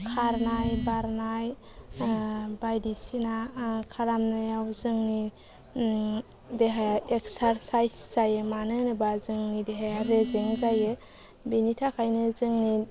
खारनाय बारनाय बायदिसिना खालामनायाव जोंनि देहाया एक्सारसाइज जायो मानो होनोबा जोंनि देहाया रेजें जायो बेनि थाखायनो जोंनि